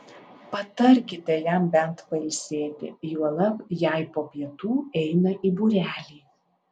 patarkite jam bent pailsėti juolab jei po pietų eina į būrelį